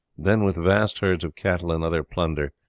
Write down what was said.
then, with vast herds of cattle and other plunder,